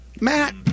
Matt